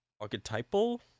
archetypal